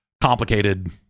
complicated